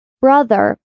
Brother